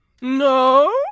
No